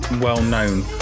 well-known